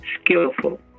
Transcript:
skillful